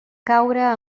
caure